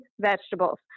vegetables